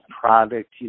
product